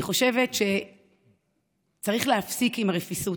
אני חושבת שצריך להפסיק עם הרפיסות,